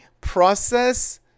process